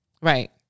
Right